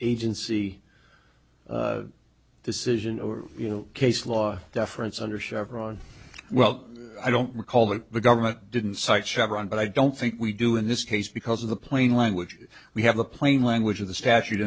agency decision or case law deference under chevron well i don't recall that the government didn't cite chevron but i don't think we do in this case because of the plain language we have the plain language of the statute